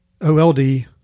O-L-D